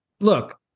look